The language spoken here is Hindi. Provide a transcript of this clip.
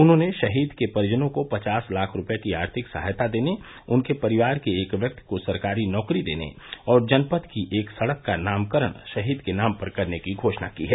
उन्हॉने शहीद के परिजनों को पचास लाख रूपए की आर्थिक सहायता देने उनके परिवार के एक व्यक्ति को सरकारी नौकरी देने और जनपद की एक सड़क का नामकरण शहीद के नाम पर करने की घोषणा की है